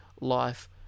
life